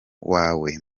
wawe